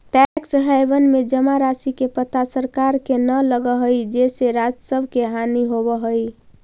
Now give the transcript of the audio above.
tax haven में जमा राशि के पता सरकार के न लगऽ हई जेसे राजस्व के हानि होवऽ हई